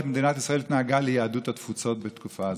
איך מדינת ישראל התנהגה ליהדות התפוצות בתקופה הזאת.